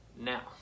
Now